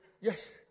yes